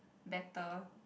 better